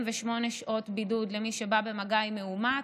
שעות בידוד למי שבא במגע עם מאומת,